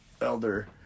elder